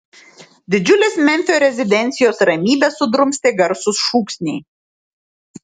didžiulės memfio rezidencijos ramybę sudrumstė garsūs šūksniai